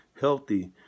healthy